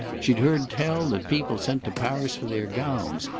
she'd heard tell that people sent to paris for their gowns,